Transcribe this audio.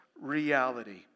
reality